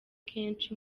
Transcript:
kenshi